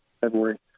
February